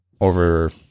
over